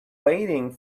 waiting